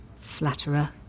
Flatterer